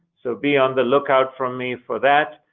so be on the lookout from me for that.